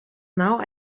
now